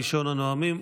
ראשון הנואמים,